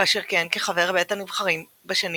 כאשר כיהן כחבר בית הנבחרים בשנים